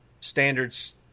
Standards